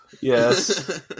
Yes